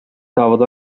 saavad